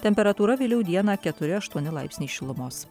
temperatūra vėliau dieną keturi aštuoni laipsniai šilumos